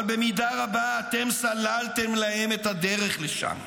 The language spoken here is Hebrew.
אבל במידה רבה אתם סללתם להם את הדרך לשם.